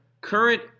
current